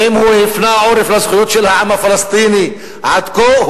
ואם הוא הפנה עורף לזכויות של העם הפלסטיני עד כה,